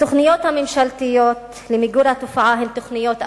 התוכניות הממשלתיות למיגור התופעה הן תוכניות אד-הוק,